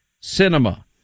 cinema